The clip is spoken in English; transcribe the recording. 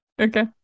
Okay